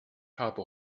habe